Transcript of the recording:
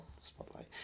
Spotlight